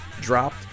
dropped